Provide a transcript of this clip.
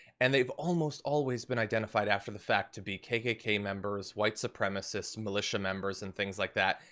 and they've almost always been identified after the fact to be kkk members, white supremacists, militia members, and things like that.